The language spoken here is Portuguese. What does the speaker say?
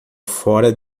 fora